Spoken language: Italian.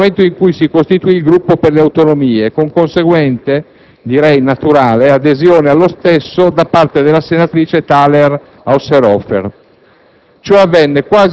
determinatasi nel momento in cui si costituì il Gruppo per le Autonomie, con conseguente - direi naturale - adesione allo stesso da parte della senatrice Thaler Ausserhofer.